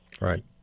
Right